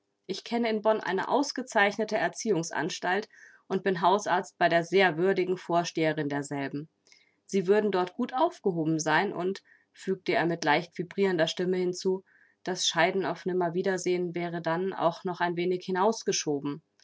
ich kenne in bonn eine ausgezeichnete erziehungsanstalt und bin hausarzt bei der sehr würdigen vorsteherin derselben sie würden dort gut aufgehoben sein und fügte er mit leicht vibrierender stimme hinzu das scheiden auf nimmerwiedersehen wäre dann auch noch ein wenig